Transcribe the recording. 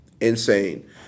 insane